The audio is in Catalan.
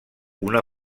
una